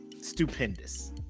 Stupendous